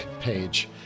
page